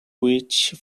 which